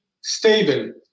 stable